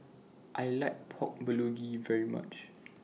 I like Pork Bulgogi very much